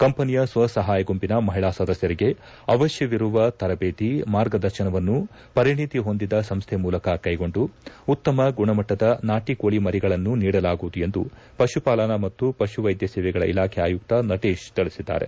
ಕಂಪನಿಯ ಸ್ವ ಸಹಾಯ ಗುಂಪಿನ ಮಹಿಳಾ ಸದಸ್ಯರಿಗೆ ಅವಶ್ಯವಿರುವ ತರದೇತಿ ಮಾರ್ಗದರ್ಶನವನ್ನು ಪರಿಣಿತಿ ಹೊಂದಿದ ಸಂಸ್ಥೆ ಮೂಲಕ ಕೈಗೊಂಡು ಉತ್ತಮ ಗುಣಮಟ್ಟದ ನಾಟಿ ಕೋಳಿ ಮರಿಗಳನ್ನು ನೀಡಲಾಗುವುದು ಎಂದು ಪಶುಪಾಲನಾ ಮತ್ತು ಪಶುವೈದ್ಯ ಸೇವೆಗಳ ಇಲಾಖೆ ಆಯುಕ್ತ ನಟೇಶ್ ತಿಳಿಸಿದ್ದಾರೆ